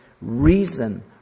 reason